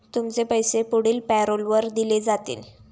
तुमचे पैसे पुढील पॅरोलवर दिले जातील